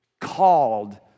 called